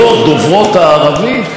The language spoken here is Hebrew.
ואגב,